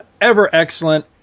ever-excellent